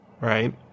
right